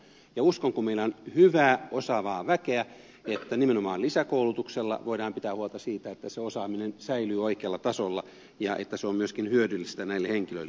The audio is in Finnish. ja uskon kun meillä on hyvää osaavaa väkeä että nimenomaan lisäkoulutuksella voidaan pitää huolta siitä että se osaaminen säilyy oikealla tasolla ja että se on myöskin hyödyllistä näille henkilöille